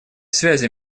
связи